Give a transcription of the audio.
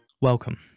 welcome